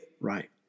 Right